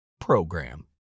PROGRAM